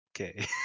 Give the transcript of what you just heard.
Okay